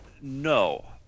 No